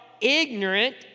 ignorant